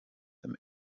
them